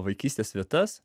vaikystės vietas